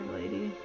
lady